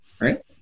right